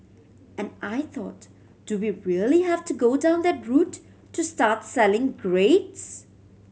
and I thought do we really have to go down that route to start selling grades